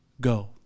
go